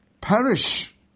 perish